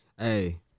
Hey